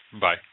Bye